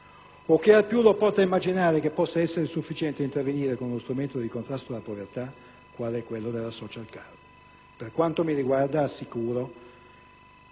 o che, al più, lo porta ad immaginare che possa essere sufficiente intervenire con uno strumento di contrasto alla povertà quale quello della *social card*. Per quanto mi riguarda, assicuro